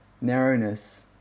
narrowness